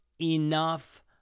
Enough